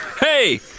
Hey